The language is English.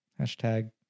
hashtag